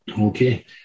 Okay